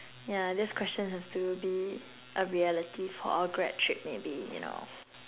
yeah this question has to be a reality for our grad trip maybe you know